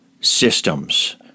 systems